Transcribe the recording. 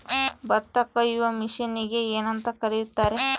ಭತ್ತ ಕೊಯ್ಯುವ ಮಿಷನ್ನಿಗೆ ಏನಂತ ಕರೆಯುತ್ತಾರೆ?